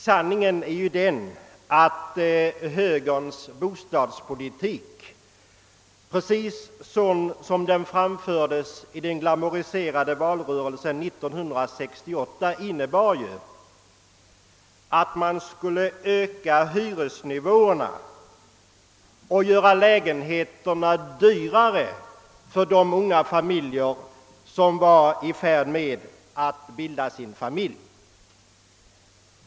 Sanningen är ju den, att högerns bostadspolitik precis så som den framfördes i den glamouriserade valrörelsen 1968 innebar att man skulle öka hyresnivån och därmed göra lägenheterna dyrare för de unga människor som var i färd med att bilda familj.